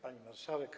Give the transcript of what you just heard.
Pani Marszałek!